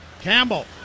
Campbell